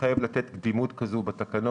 לא תשתנה, אנחנו הצענו להגיד שלפחות היא לא תפחת.